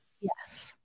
Yes